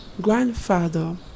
grandfather